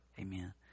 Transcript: Amen